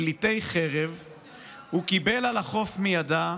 פליטי חרב / הוא קיבל על החוף מידה.